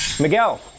Miguel